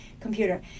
computer